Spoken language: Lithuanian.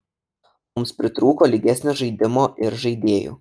mums pritrūko lygesnio žaidimo ir žaidėjų